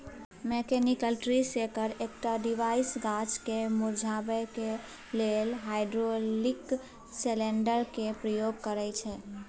mechanical tree shaker एकटा device गाछ केँ मुरझेबाक लेल हाइड्रोलिक सिलेंडर केर प्रयोग करय छै